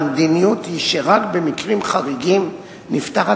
המדיניות היא שרק במקרים חריגים נפתחת